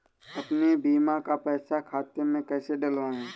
अपने बीमा का पैसा खाते में कैसे डलवाए?